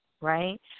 right